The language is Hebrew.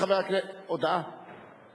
38 בעד, אין מתנגדים, אין